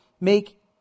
make